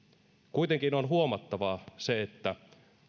kuitenkin on huomattava se että